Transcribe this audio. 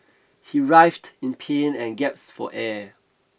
he writhed in pain and gasped for air